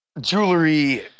jewelry